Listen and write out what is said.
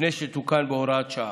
לפני שתוקן בהוראת שעה.